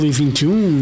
2021